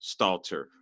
Stalter